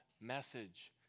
message